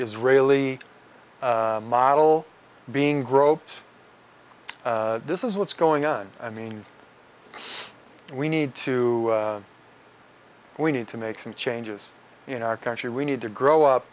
israeli model being groped this is what's going on i mean we need to we need to make some changes in our country we need to grow up